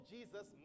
Jesus